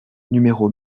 numéro